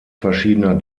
verschiedener